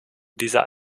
dieser